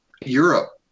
Europe